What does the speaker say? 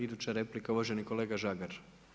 Iduća replika, uvaženi kolega Žagar.